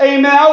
Amen